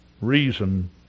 reason